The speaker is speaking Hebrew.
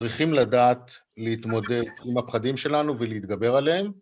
צריכים לדעת להתמודד עם הפחדים שלנו ולהתגבר עליהם.